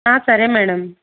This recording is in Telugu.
ఆ సరే మేడం